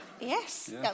Yes